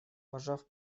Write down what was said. пожав